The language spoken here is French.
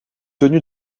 tenu